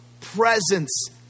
presence